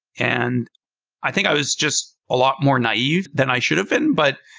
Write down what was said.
and i think i was just a lot more naive than i should have been. but